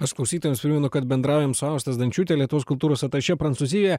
aš klausytojams primenu kad bendraujam su auste zdančiūte lietuvos kultūros atašė prancūzijoje